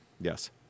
Yes